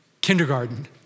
Kindergarten